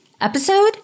episode